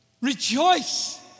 rejoice